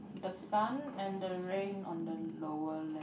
the sun and the rain on the lower left